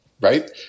right